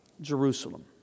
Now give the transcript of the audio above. Jerusalem